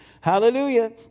Hallelujah